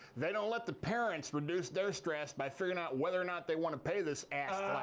they don't let the parents reduce their stress by figuring whether or not they want to pay this ass